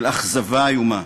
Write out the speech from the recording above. של אכזבה איומה.